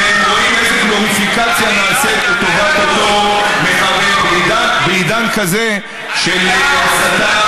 שרואים איזו גלוריפיקציה נעשית לטובת אותו מחבל בעידן כזה של הסתה,